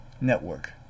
Network